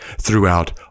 throughout